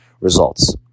Results